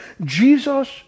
Jesus